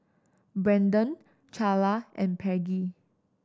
Brenden Charla and Peggy